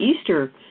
Easter